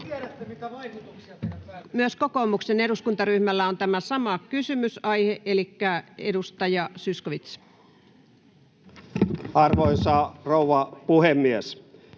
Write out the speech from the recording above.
Myös kokoomuksen eduskuntaryhmällä on tämä sama kysymysaihe. — Elikkä edustaja Zyskowicz. Arvoisa rouva puhemies!